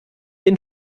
den